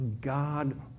God